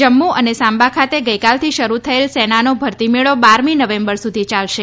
જમ્મુ અને સાંબા ખાતે ગઇકાલથી શરૂ થયેલ સેનાનો ભરતી મેળો બારમી નવેમ્બર સુધી યાલશે